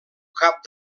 cap